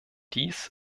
dies